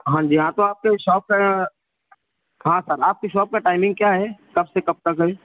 ہاں جی ہاں تو آپ کے شاپ ہاں سر آپ کے شاپ کا ٹائمنگ کیا ہے کب سے کب تک ہے